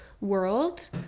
world